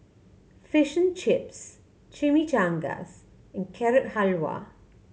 Fish Chips Chimichangas and Carrot Halwa